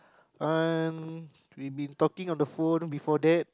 uh we been talking on the phone before that